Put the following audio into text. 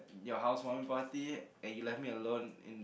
your house oneparty and you left me alone in